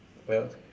ya